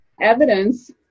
Evidence